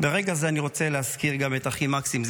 ברגע זה אני רוצה להזכיר גם את אחי מקסים,